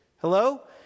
Hello